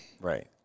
Right